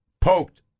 poked